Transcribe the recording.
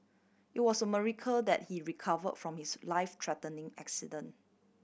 it was a miracle that he recover from his life threatening accident